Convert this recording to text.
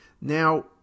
Now